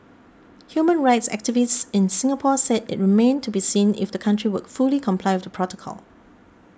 human rights activists in Singapore said it remained to be seen if the country would fully comply with the protocol